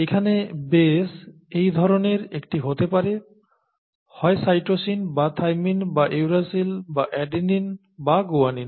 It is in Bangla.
এখানে বেশ এই ধরনের একটি হতে পারে হয় সাইটোসিন বা থাইমিন বা ইউরাসিল বা অ্যাডেনিন বা গুয়ানিন